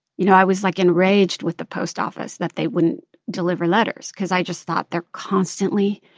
you know, i was, like, enraged with the post office, that they wouldn't deliver letters because i just thought they're constantly